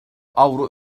avro